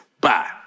bye